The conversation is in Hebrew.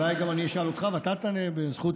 אולי גם אני אשאל אותך ואתה תענה בזכות